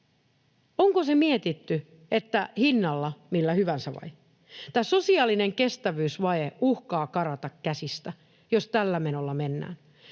Onko se mietitty, että hinnalla millä hyvänsä vai? Tämä sosiaalinen kestävyysvaje uhkaa karata käsistä, jos tällä menolla mennään.